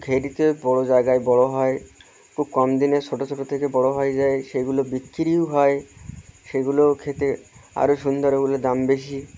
ঘেরিতে বড়ো জায়গায় বড়ো হয় খুব কম দিনে ছোটো ছোটো থেকে বড়ো হয়ে যায় সেগুলো বিক্রিও হয় সেগুলো খেতে আরও সুন্দর ওগুলো দাম বেশি